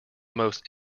most